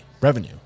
revenue